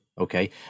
okay